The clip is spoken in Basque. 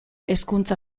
hezkuntza